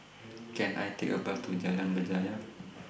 Can I Take A Bus to Jalan Berjaya